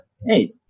hey